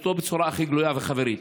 בצורה הכי גלויה וחברית: